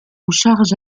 charge